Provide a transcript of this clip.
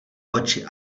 oči